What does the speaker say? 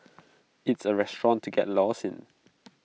it's A restaurant to get lost in